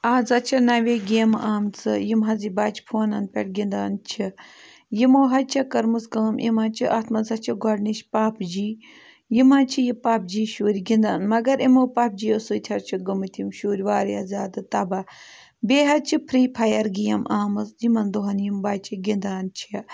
آز حظ چھِ نَوے گیمہٕ آمژٕ یِم حظ یہِ بَچہٕ فونَن پٮ۪ٹھ گِنٛدان چھِ یِمو حظ چھےٚ کٔرمٕژ کٲم یِم حظ چھِ اَتھ منٛز حظ چھِ گۄڈٕنِچ پَپ جی یِم حظ چھِ یہِ پَب جی شُرۍ گِنٛدان مگر یِمو پَب جِیو سۭتۍ حظ چھِ گٔمٕتۍ یِم شُرۍ واریاہ زیادٕ تَباہ بیٚیہِ حظ چھِ فِرٛی فایَر گیم آمٕژ یِمَن دۄہَن یِم بَچہٕ گِنٛدان چھِ